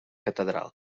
catedral